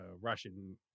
Russian